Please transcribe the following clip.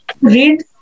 read